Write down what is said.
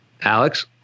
Alex